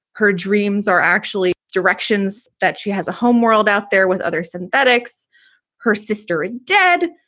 her dreams are actually directions that she has a homeworld out there with other synthetics her sister is dead.